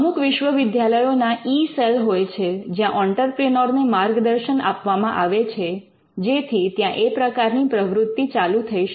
અમુક વિશ્વવિદ્યાલયો ના ઈ સેલ હોય છે જ્યાં ઑંટરપ્રિનોર ને માર્ગદર્શન આપવામાં આવે છે જેથી ત્યાં એ પ્રકારની પ્રવૃત્તિ ચાલુ થઈ શકે